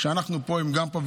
כשאנחנו פה, הם גם פה.